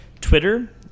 Twitter